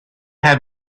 had